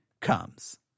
comes